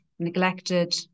neglected